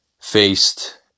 faced